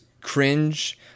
cringe